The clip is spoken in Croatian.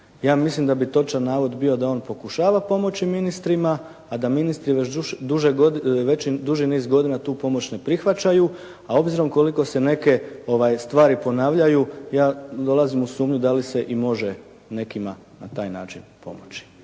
Ja mislim da bi točan navod bio da on pokušava pomoći ministrima, a da ministri već duži niz godina tu pomoć ne prihvaćaju, a obzirom koliko se neke stvari ponavljaju, ja dolazim u sumnju da li se i može nekima na taj način pomoći.